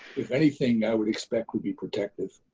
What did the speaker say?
if anything, i would expect would be protective.